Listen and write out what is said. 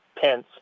Pence